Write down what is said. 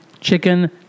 chicken